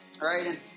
right